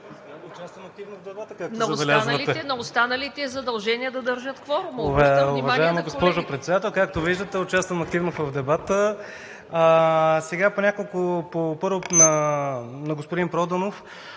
Уважаема госпожо Председател, както виждате, участвам активно в дебата. Сега първо на господин Проданов.